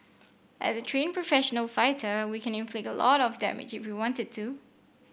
as a trained professional fighter we can inflict a lot of damage if we wanted to